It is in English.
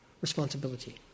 responsibility